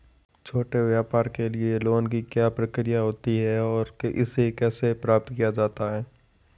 छोटे व्यापार के लिए लोंन की क्या प्रक्रिया होती है और इसे कैसे प्राप्त किया जाता है?